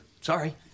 sorry